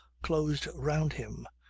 closed round him,